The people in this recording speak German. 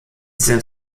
sind